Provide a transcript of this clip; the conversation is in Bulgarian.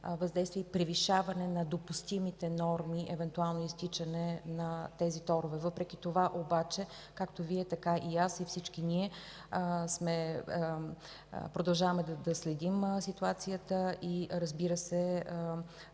въздействие и превишаване на допустимите норми при евентуално изтичане на тези торове. Въпреки това обаче както Вие, така и аз, и всички ние продължаваме да следим ситуацията и, разбира се,